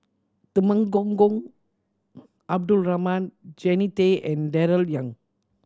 Temenggong Abdul Rahman Jannie Tay and Darrell Ang